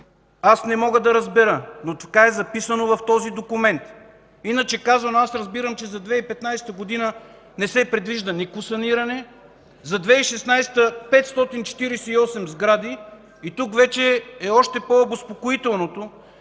Аз не мога да разбера, но така е записано в този документ. Иначе казано, аз разбирам, че за 2015 г. не се предвижда никакво саниране, за 2016 г. – 548 сгради. И тук вече е още по-обезпокоителното,